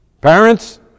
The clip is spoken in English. Parents